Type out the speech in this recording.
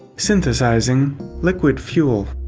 synthesizing liquid fuel.